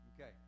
okay